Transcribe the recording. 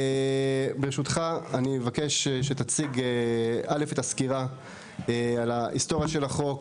ברשותך אני אבקש שתציג א' את הסקירה על ההיסטוריה של החוק.